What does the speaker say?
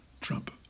Trump